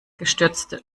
gestürzte